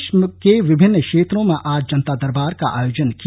प्रदेश के विभिन्न क्षेत्रों में आज जनता दरबार का आयोजन किया